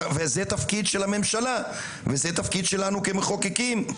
וזה התפקיד של הממשלה ושלנו כמחוקקים.